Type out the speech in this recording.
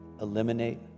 eliminate